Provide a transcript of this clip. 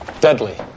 deadly